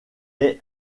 est